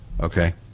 Okay